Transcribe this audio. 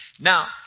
Now